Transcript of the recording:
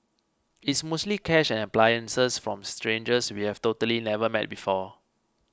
it's mostly cash and appliances from strangers we have totally never met before